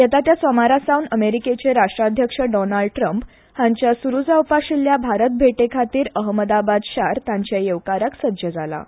येता त्या सोमारा अमेरिकेचे राष्ट्राध्यक्ष डॉनाल्ड ट्रंप हांच्या सुरू जावपा आशिल्ल्या भारत भेटी खातीर अहमदाबाद शार तांच्या येवकाराक सज्ज जालां